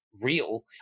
real